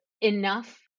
enough